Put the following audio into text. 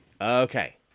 Okay